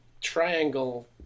triangle